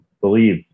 believe